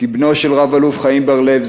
כבנו של רב-אלוף חיים בר-לב,